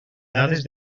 dades